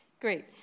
Great